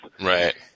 Right